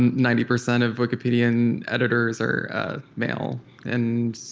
ninety percent of wikipedian editors are male and,